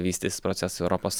vystys procesai europos